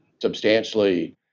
substantially